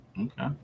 okay